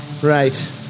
Right